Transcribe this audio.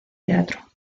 teatro